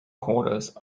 quarters